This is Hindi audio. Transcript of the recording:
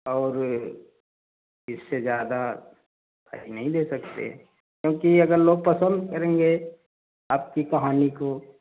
और इससे ज़्यादा नहीं ले सकते क्योंकि अगर लोग पसंद करेंगे आपकी कहानी को